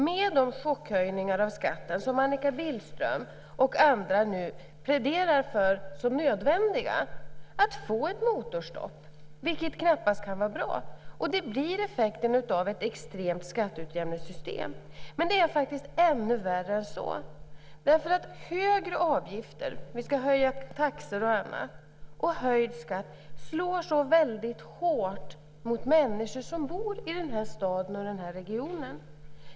Med de chockhöjningar av skatten som Annika Billström och andra nu pläderar för som nödvändiga tror jag att vi riskerar att få ett motorstopp, vilket knappast kan vara bra. Det blir effekten av ett extremt skatteutjämningssystem. Men det är faktiskt ännu värre än så. Högre avgifter - vi ska höja taxor och annat - och höjd skatt slår så väldigt hårt mot människor som bor i den här staden och i den här regionen.